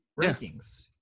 rankings